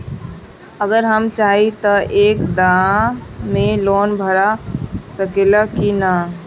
अगर हम चाहि त एक दा मे लोन भरा सकले की ना?